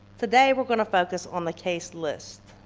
today we're going to focus on the case list.